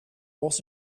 was